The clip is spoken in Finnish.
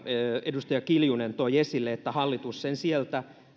edustaja kiljunen toi esille että hallitus sen sieltä